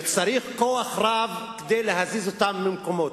שצריך כוח רב כדי להזיז אותן ממקומות.